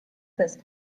fest